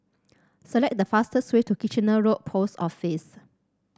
select the fastest way to Kitchener Road Post Office